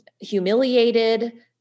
humiliated